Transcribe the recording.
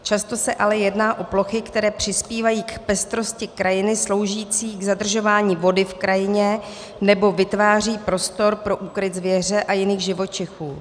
Často se ale jedná o plochy, které přispívají k pestrosti krajiny, slouží k zadržování vody v krajině nebo vytvářejí prostor pro úkryt zvěře a jiných živočichů.